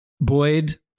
Boyd